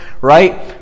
right